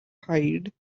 hide